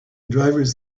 drivers